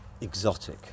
exotic